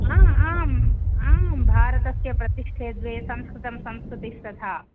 आम् आं भारतस्य प्रतिष्ठे द्वे संस्कृतं संस्कृतिस्तथा